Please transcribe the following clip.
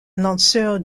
lanceur